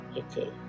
okay